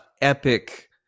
epic